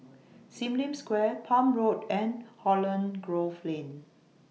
SIM Lim Square Palm Road and Holland Grove Lane